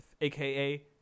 aka